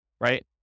right